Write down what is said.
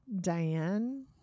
diane